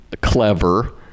Clever